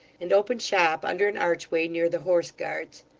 and opened shop under an archway near the horse guards.